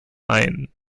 ein